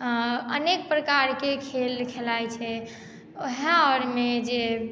अनेक प्रकारके खेल खेलाइत छै उएह आओरमे जे